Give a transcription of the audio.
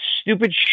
stupid